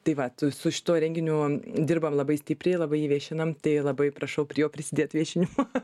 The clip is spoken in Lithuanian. tai vat su šituo renginių dirbam labai stipriai labai jį viešinam tai labai prašau prie jo prisidėt viešinimo